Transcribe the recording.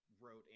wrote